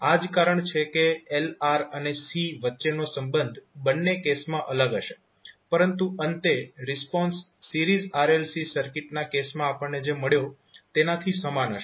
આ જ કારણ છે કે L R અને C વચ્ચેનો સંબંધ બંને કેસમાં અલગ હશે પરંતુ અંતે રિસ્પોન્સ સિરીઝ RLC સર્કિટના કેસમાં આપણને જે મળ્યું તેનાથી સમાન હશે